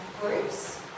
groups